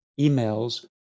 emails